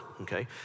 okay